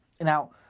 Now